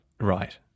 right